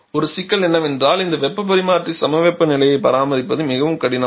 ஒரு சிக்கல் என்னவென்றால் இந்த வெப்பப் பரிமாற்றி சமவெப்ப நிலையை பராமரிப்பது மிகவும் கடினம்